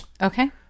Okay